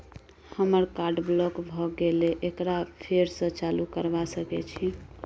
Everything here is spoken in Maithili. हमर कार्ड ब्लॉक भ गेले एकरा फेर स चालू करबा सके छि?